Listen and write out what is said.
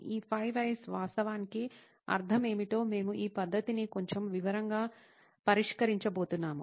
ఈ 5 వైస్ వాస్తవానికి అర్థం ఏమిటో మేము ఈ పద్ధతిని కొంచెం వివరంగా పరిష్కరించబోతున్నాము